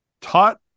taught